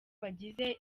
bagize